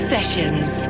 Sessions